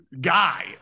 guy